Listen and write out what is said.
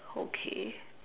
okay